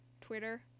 Twitter